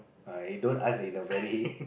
ah he don't ask in a very